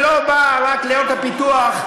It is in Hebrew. היא לא באה רק לעיירות הפיתוח,